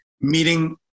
meeting